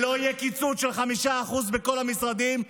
שלא יהיה קיצוץ של 5% בכל המשרדים,